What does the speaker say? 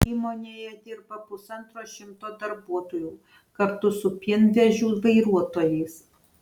įmonėje dirba pusantro šimto darbuotojų kartu su pienvežių vairuotojais